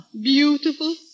Beautiful